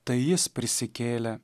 tai jis prisikėlė